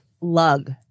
lug